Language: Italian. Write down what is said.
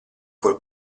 col